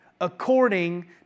according